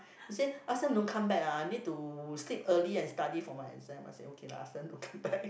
she said ask them don't come back ah I need to sleep early and study for my exam I said okay lah ask them don't come back